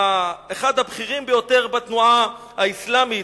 אחד הבכירים ביותר בתנועה האסלאמית,